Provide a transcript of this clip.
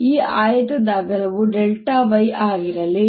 ಈ ಆಯತದ ಅಗಲವು y ಆಗಿರಲಿ